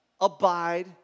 abide